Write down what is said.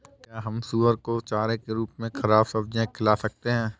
क्या हम सुअर को चारे के रूप में ख़राब सब्जियां खिला सकते हैं?